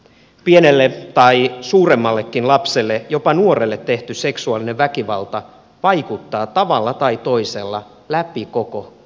pienelle tai suuremmallekin lapselle jopa nuorelle tehty seksuaalinen väkivalta vaikuttaa tavalla tai toisella läpi koko ihmisen elämän